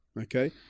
Okay